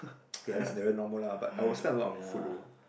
yea that is very normal lah but I will spend a lot on food though